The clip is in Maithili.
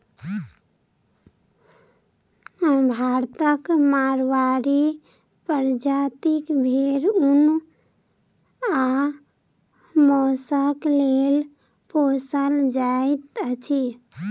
भारतक माड़वाड़ी प्रजातिक भेंड़ ऊन आ मौंसक लेल पोसल जाइत अछि